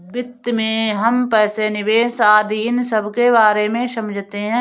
वित्त में हम पैसे, निवेश आदि इन सबके बारे में समझते हैं